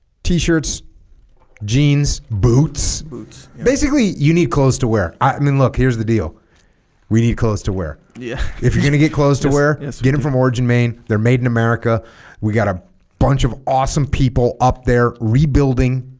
t-shirts jeans boots boots basically you need clothes to wear i mean look here's the deal we need clothes to wear yeah if you're going to get clothes to wear yes get them from origin main they're made in america we got a bunch of awesome people up there rebuilding